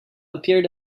appeared